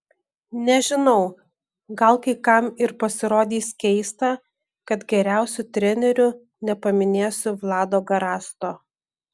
nežinau gal kai kam ir pasirodys keista kad geriausiu treneriu nepaminėsiu vlado garasto